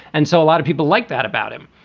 and so a lot of people like that about him.